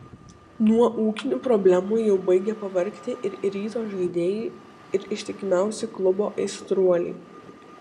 nuo ūkinių problemų jau baigia pavargti ir ryto žaidėjai ir ištikimiausi klubo aistruoliai